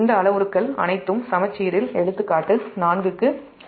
இந்த அளவுருக்கள் அனைத்தும் சமச்சீரில் 'எடுத்துக்காட்டு 4' க்கு கணக்கிடப்பட்டுள்ளன